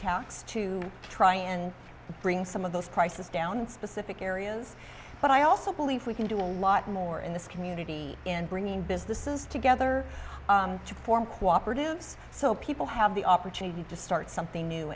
tax to try and bring some of those prices down in specific areas but i also believe we can do a lot more in this community and bringing businesses together to form cooperate is so people have the opportunity to start something new